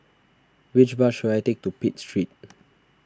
which bus should I take to Pitt Street